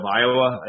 Iowa